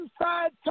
Inside